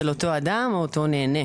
של אותו אדם או אותו נהנה.